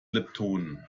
leptonen